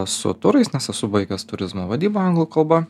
su turais nes esu baigęs turizmo vadybą anglų kalba